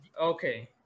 okay